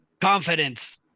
confidence